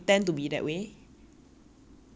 and they just problematic lah okay